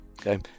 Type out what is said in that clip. Okay